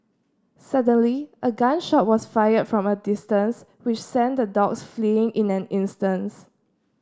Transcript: suddenly a gun shot was fired from a distance which sent the dogs fleeing in an instance